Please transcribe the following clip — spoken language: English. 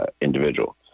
individual